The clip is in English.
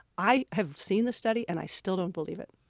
i have seen the study and i still don't believe it.